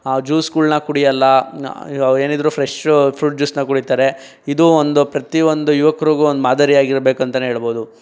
ಜ್ಯೂಸ್ಗಳನ್ನ ಕುಡಿಯೋಲ್ಲ ನಾ ಏನಿದ್ರೂ ಫ್ರೆಶ್ ಫ್ರುಟ್ ಜ್ಯೂಸ್ನ ಕುಡಿತಾರೆ ಇದು ಒಂದು ಪ್ರತಿಯೊಂದು ಯುವಕರಿಗೂ ಒಂದು ಮಾದರಿಯಾಗಿರಬೇಕು ಅಂತಲೇ ಹೇಳಬಹುದು